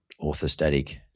orthostatic